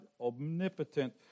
omnipotent